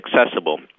accessible